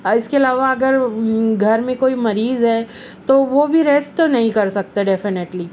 اور اس کے علاوہ اگر گھر میں کوئی مریض ہے تو وہ بھی ریسٹ نہیں کر سکتے ڈیفینیٹلی